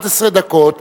11 דקות,